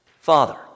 father